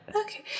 Okay